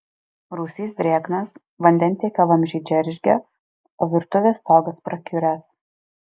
rūsys drėgnas vandentiekio vamzdžiai džeržgia o virtuvės stogas prakiuręs